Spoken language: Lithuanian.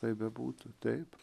kaip bebūtų taip